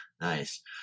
nice